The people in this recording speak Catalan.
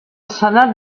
senat